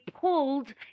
pulled